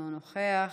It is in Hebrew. אינו נוכח,